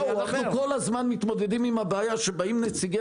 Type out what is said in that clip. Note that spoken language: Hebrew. הרי אנחנו כל הזמן מתמודדים עם הבעיה שבאים נציגי